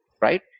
right